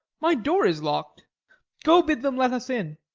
my door is lock'd go bid them let us in.